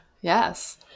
yes